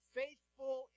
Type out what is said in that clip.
faithful